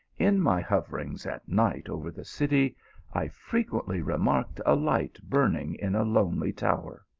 in my hoverings at night over the city i frequently remarked a light burning in a lonely tower.